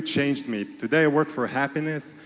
changed me today. i work for happiness.